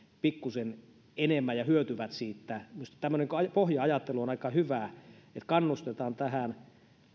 pikkuisen enemmän ja hyötyvät siitä minusta tämmöinen pohja ajattelu on aika hyvä että kannustetaan tähän